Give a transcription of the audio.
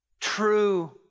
true